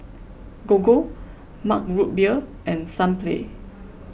Gogo Mug Root Beer and Sunplay